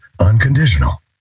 unconditional